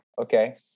okay